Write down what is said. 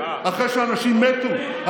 אחרי שאנשים מתו,